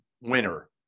winner